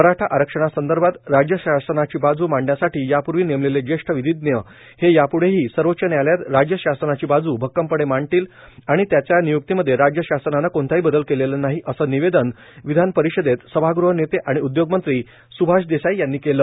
मराठा आरक्षणासंदर्भात राज्यशासनाची बाजू मांडण्यासाठी यापूर्वी नेमलेले ज्येष्ठ विधिज्ञ हे यापूढेही सर्वोच्च न्यायालयात राज्य शासनाची बाजू भक्कमपणे मांडतील आणि त्यांच्या नियुक्तीमध्ये राज्यशासनाने कोणताही बदल केलेला नाहीए असे निवेदन विधानपरिषदेत सभागृह नेते आणि उदयोगमंत्री स्भाष देसाई यांनी केले